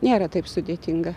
nėra taip sudėtinga